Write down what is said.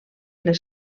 les